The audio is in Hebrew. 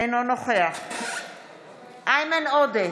אינו נוכח איימן עודה,